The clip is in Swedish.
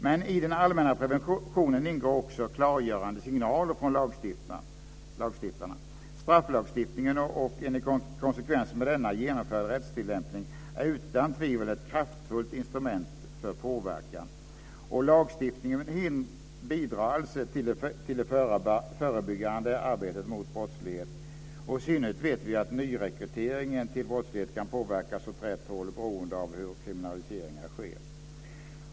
Men i den allmänna preventionen ingår också klargörande signaler från lagstiftarna. Strafflagstiftningen, och en i konsekvens med denna genomförd rättstillämpning, är utan tvivel ett kraftfull instrument för påverkan. Lagstiftningen bidrar alltså till det förebyggande arbetet mot brottslighet. I synnerhet vet vi att nyrekryteringen till brottslighet kan påverkas åt rätt håll beroende på hur kriminaliseringen sker.